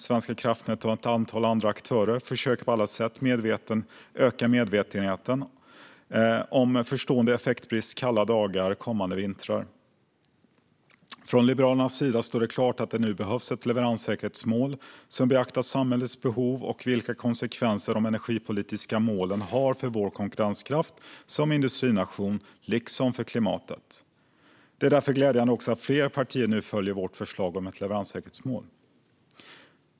Svenska kraftnät och ett antal andra aktörer försöker på alla sätt att öka medvetenheten om förestående effektbrist kalla dagar kommande vintrar. Från Liberalernas sida står det klart att det nu behövs ett leverenssäkerhetsmål som beaktar samhällets behov och vilka konsekvenser de energipolitiska målen har för vår konkurrenskraft som industrination liksom för klimatet. Det är därför glädjande att fler partier nu följer vårt förslag om ett leveranssäkerhetsmål.